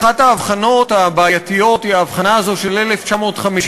אחת ההבחנות הבעייתיות היא ההבחנה הזו של 1953,